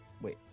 wait